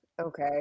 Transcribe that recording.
okay